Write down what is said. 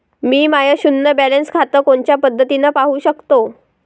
मी my शुन्य balance खातं कोनच्या पद्धतीनं पाहू शकतो?